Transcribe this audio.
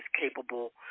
capable